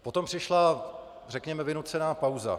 Potom přišla, řekněme, vynucená pauza.